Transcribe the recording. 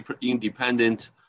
independent